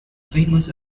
famous